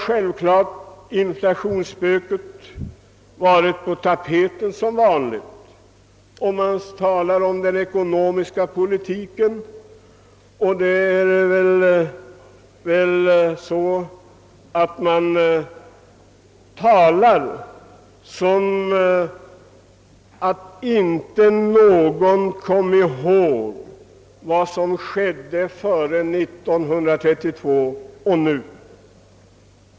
Självklart har inflationen berörts i debatten här i dag, och det har talats om ekonomi som om ingen skulle komma ihåg vad som skedde före 1932 och nu.